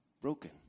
broken